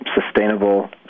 sustainable